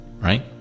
right